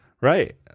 Right